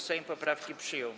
Sejm poprawki przyjął.